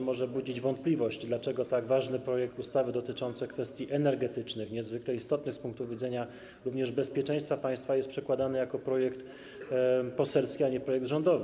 Może budzić wątpliwość, dlaczego tak ważny projekt ustawy dotyczący kwestii energetycznych, niezwykle istotny z punktu widzenia również bezpieczeństwa państwa, jest przedkładany jako projekt poselski, a nie projekt rządowy.